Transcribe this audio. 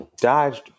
dodged